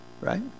right